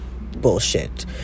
bullshit